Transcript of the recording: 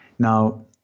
Now